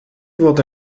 wurde